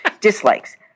Dislikes